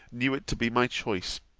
knew it to be my choice,